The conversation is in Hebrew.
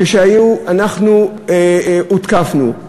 כשהותקפנו,